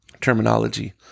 terminology